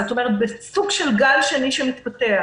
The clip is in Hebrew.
זאת אומרת בסוג של גל שני שמתפתח.